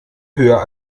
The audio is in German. höher